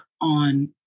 on